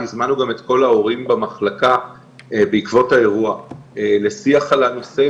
הזמנו גם את כל ההורים במחלקה בעקבות האירוע לשיח על הנושא,